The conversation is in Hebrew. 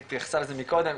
התייחס לזה מקודם,